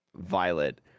Violet